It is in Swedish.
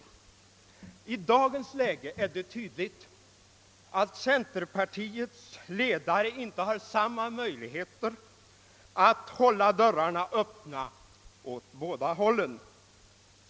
I dagens läge är det tydligt att centerpartiets ledare inte har samma möjligheter att hålla dörrarna öppna åt båda hållen.